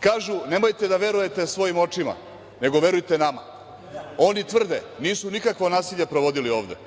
Kažu - nemojte da verujete svojim očima, nego verujte nama. Oni tvrde da nisu nikakvo nasilje provodili ovde.